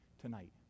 tonight